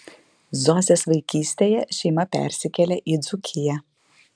zosės vaikystėje šeima persikėlė į dzūkiją